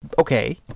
Okay